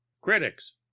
Critics